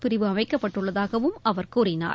பிரிவு அமைக்கப்பட்டுள்ளதாகவும் அவர் கூறினார்